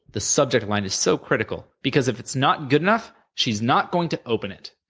the subject line is so critical, because if it's not good enough, she's not going to open it.